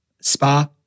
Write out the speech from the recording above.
spa